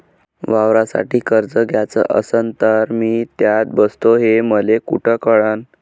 वावरासाठी कर्ज घ्याचं असन तर मी त्यात बसतो हे मले कुठ कळन?